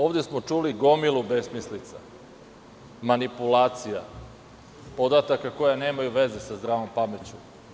Ovde smo čuli gomilu besmislica, manipulacija, podataka koji nemaju veze sa zdravom pameću.